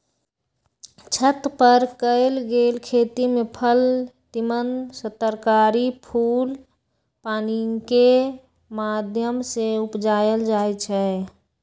छत पर कएल गेल खेती में फल तिमण तरकारी फूल पानिकेँ माध्यम से उपजायल जाइ छइ